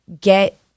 get